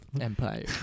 empire